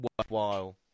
worthwhile